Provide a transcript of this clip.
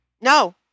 no